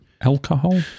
Alcohol